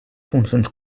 funcions